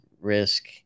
risk